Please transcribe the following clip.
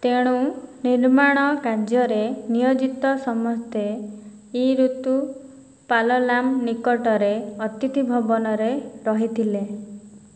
ତେଣୁ ନିର୍ମାଣ କାର୍ଯ୍ୟରେ ନିୟୋଜିତ ସମସ୍ତେ ଇରୁତୁ ପାଲଲାମ ନିକଟରେ ଅତିଥି ଭବନରେ ରହିଥିଲେ